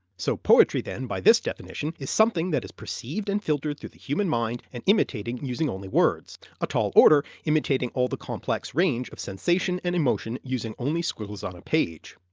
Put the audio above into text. so poetry then, by this definition, is something that is perceived and filtered through the human mind and imitated using only words. a tall order, imitating all the complex range of sensation and emotion using only squiggles on a page.